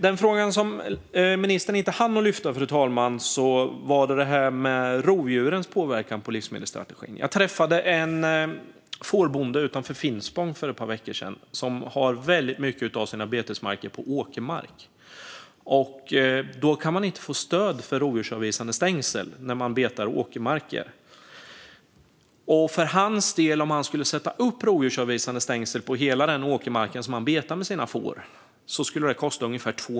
Den fråga som ministern inte hann lyfta, fru talman, gällde rovdjurens påverkan på livsmedelsstrategin. Jag träffade en fårbonde utanför Finspång för ett par veckor sedan som har mycket av sina betesmarker på åkermark. Då kan man inte få stöd för rovdjursavvisande stängsel. För hans del skulle det kosta ungefär 2 miljoner om han skulle sätta upp rovdjursavvisande stängsel på hela den åkermark där hans får betar.